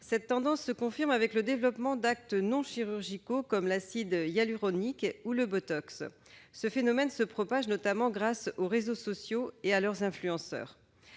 Cette tendance se confirme avec le développement d'actes non chirurgicaux, comme les injections d'acide hyaluronique ou de botox. Le phénomène se propage notamment grâce aux réseaux sociaux et à leurs influenceurs.